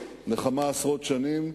לכמה עשרות שנים,